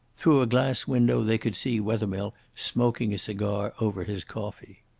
through a glass window they could see wethermill smoking a cigar over his coffee.